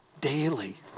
daily